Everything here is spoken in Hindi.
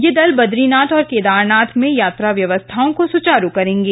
यह दल बदरीनाथ और केदारनाथ में यात्रा व्यवस्थाओं को सुचारू करेंगे